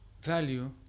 value